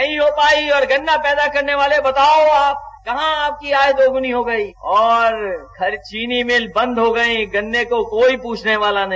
नहीं हो पाई और गन्ना पैदा करने वाले बताओ कहा आपकी आय दोगुनी हो गई और हर चीनी मिल बंद हो गई और गन्ने को कोई पूछने वाला नहीं